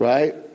Right